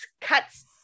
cuts